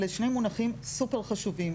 אלה שני מונחים סופר חשובים,